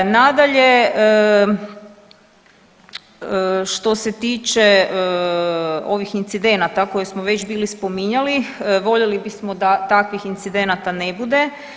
Nadalje, što se tiče ovih incidenata koje smo već bili spominjali voljeli bismo da takvih incidenata ne bude.